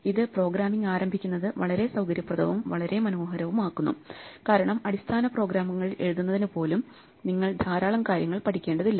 ഇത് പ്രോഗ്രാമിംഗ് ആരംഭിക്കുന്നത് വളരെ സൌകര്യപ്രദവും വളരെ മനോഹരവുമാക്കുന്നു കാരണം അടിസ്ഥാന പ്രോഗ്രാമുകൾ എഴുതുന്നതിന് പോലും നിങ്ങൾ ധാരാളം കാര്യങ്ങൾ പഠിക്കേണ്ടതില്ല